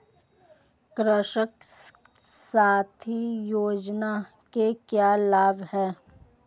कृषक साथी योजना के क्या लाभ हैं?